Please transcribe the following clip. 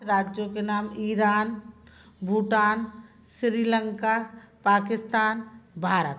राज्यों के नाम ईरान भूटान श्रीलंका पाकिस्तान भारत